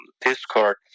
Discord